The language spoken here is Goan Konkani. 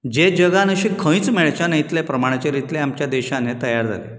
जे जगांत अशें खंयच मेळचेना इतले प्रमाणाचेर इतलें आमचे देशांत हें तयार जालें